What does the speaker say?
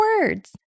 words